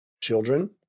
children